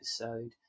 episode